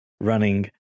running